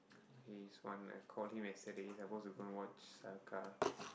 he's one I call him yesterday supposed to go and watch sell car